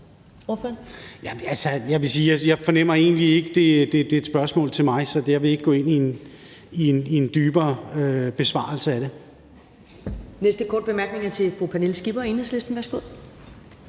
ikke fornemmer, at det er et spørgsmål til mig, så jeg vil ikke gå ind i en dybere besvarelse af det.